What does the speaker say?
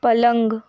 पलंग